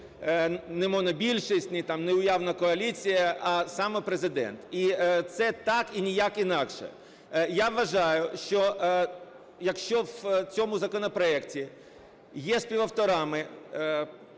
не монобільшість, ні там не уявна коаліція, а саме Президент. І це так і ніяк інакше. Я вважаю, що якщо в цьому законопроекті є співавторами